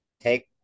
take